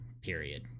period